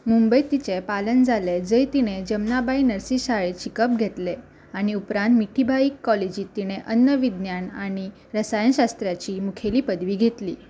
मुंबय तिचें पालन जालें जंय तिणें जमनाबाय नर्सी शाळेंत शिकप घेतले आनी उपरांत मिठीबायीक कॉलेजींत तिणें अन्न विज्ञान आनी रसायनशास्त्राची मुखेली पदवी घेतली